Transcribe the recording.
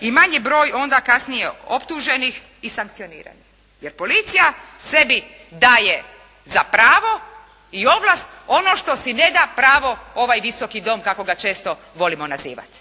i manji broj onda kasnije optuženih i sankcioniranih jer policija sebi daje za pravo i ovlast ono što si ne da pravo ovaj Visoki dom kako ga često volimo nazivati.